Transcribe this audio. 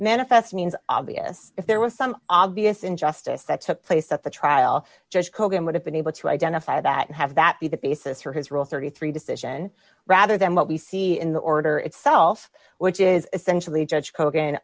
manifest means obvious if there was some obvious injustice that took place at the trial judge kogan would have been able to identify that have that be the basis for his rule thirty three dollars decision rather than what we see in the order itself which is essentially judge kogan